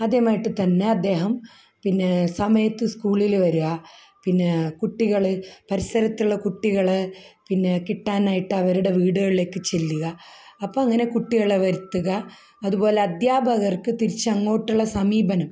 ആദ്യമായിട്ട് തന്നെ അദ്ദേഹം പിന്നെ സമയത്ത് സ്കൂളിൽ വരാൻ പിന്നെ കുട്ടികൾ പരിസരത്തുള്ള കുട്ടികൾ പിന്നെ കിട്ടാനായിട്ട് അവരുടെ വീടുകളിലേക്ക് ചെല്ലുക അപ്പോൾ അങ്ങനെ കുട്ടികളെ വരുത്തുക അതുപോലെ അധ്യാപകർക്ക് തിരിച്ചു അങ്ങോട്ടുള്ള സമീപനം